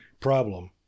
problem